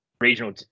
regional